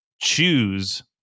choose